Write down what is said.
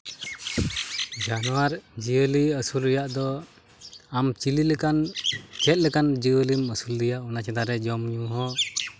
ᱡᱟᱱᱣᱟᱨ ᱡᱤᱭᱟᱹᱞᱤ ᱟᱹᱥᱩᱞ ᱨᱮᱭᱟᱜ ᱫᱚ ᱟᱢ ᱪᱤᱞᱤ ᱞᱮᱠᱟᱱ ᱪᱮᱫ ᱞᱮᱠᱟᱱ ᱡᱤᱭᱟᱹᱞᱤᱢ ᱟᱹᱥᱩᱞᱮᱭᱟ ᱚᱱᱟ ᱪᱮᱛᱟᱱ ᱨᱮ ᱡᱚᱢ ᱧᱩ ᱦᱚᱸ